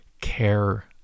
care